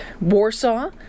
Warsaw